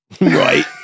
Right